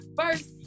first